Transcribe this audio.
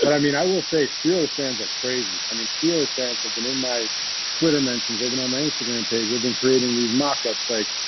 and i mean, i will say steelers fans are crazy. i mean, steelers fans have been in my twitter mentions. they've been on my instagram page. they've been creating these mock-ups like,